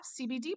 CBD